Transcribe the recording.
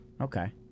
Okay